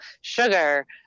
sugar